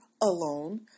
alone